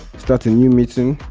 start a new meeting.